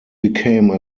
became